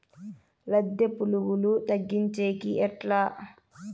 లద్దె పులుగులు తగ్గించేకి ఎట్లా?